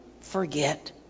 forget